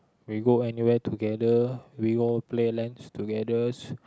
we go anywhere together we go play Lan together